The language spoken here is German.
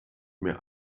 mehr